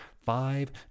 five